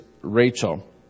Rachel